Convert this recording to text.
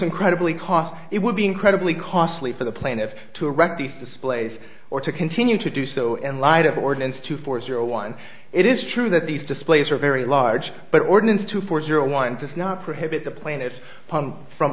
incredibly costly it would be incredibly costly for the plaintiffs to erect these displays or to continue to do so in light of ordinance two four zero one it is true that these displays are very large but ordinance two four zero one five not prohibit the plaintiffs from